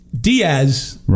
Diaz